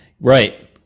right